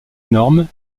énorme